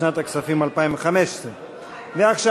לשנת הכספים 2015. ועכשיו,